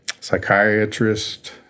psychiatrist